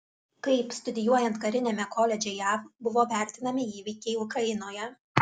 kaip studijuojant kariniame koledže jav buvo vertinami įvykiai ukrainoje